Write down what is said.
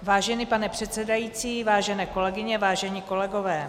Vážený pane předsedající, vážené kolegyně, vážení kolegové.